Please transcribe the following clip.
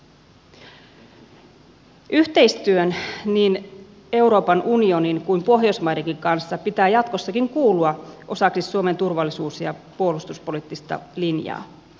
yhteistyön niin euroopan unionin kuin pohjoismaidenkin kanssa pitää jatkossakin kuulua osaksi suomen turvallisuus ja puolustuspoliittista linjaa